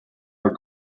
are